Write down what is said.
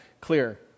clear